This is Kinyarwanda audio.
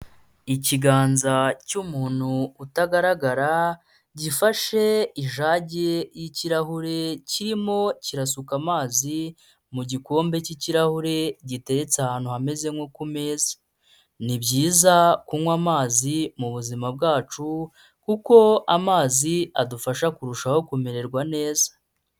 Ikiganza cy'umuntu utagaragara, gifashe ijage y'ikirahure kirimo kirasuka amazi mu gikombe cy'ikirahure giteretse ahantu hameze nko ku meza, ni byiza kunywa amazi mu buzima bwacu kuko amazi adufasha kurushaho kumererwa neza.